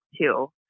two